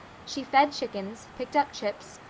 she fed chickens, picked up chips,